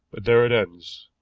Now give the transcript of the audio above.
but there it ends.